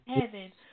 heaven